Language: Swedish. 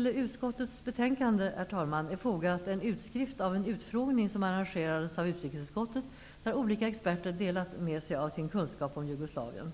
Till utskottets betänkande är fogad en utskrift av en utfrågning som arrangerats av utrikesutskottet, där olika experter delat med sig av sin kunskap om Jugoslavien.